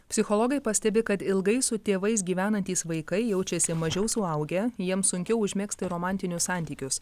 psichologai pastebi kad ilgai su tėvais gyvenantys vaikai jaučiasi mažiau suaugę jiems sunkiau užmegzti romantinius santykius